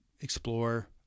explore